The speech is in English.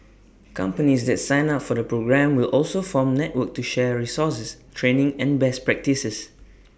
companies that sign up for the programme will also form network to share resources training and best practices